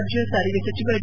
ರಾಜ್ಯ ಸಾರಿಗೆ ಸಜಿವ ಡಿ